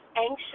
anxious